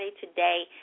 today